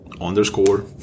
underscore